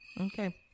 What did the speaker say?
Okay